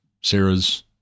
Sarah's